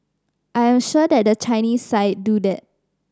I am sure that the Chinese side do that